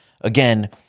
Again